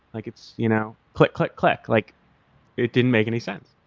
like it's you know click, click, click. like it didn't make any sense.